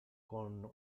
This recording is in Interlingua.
con